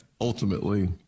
ultimately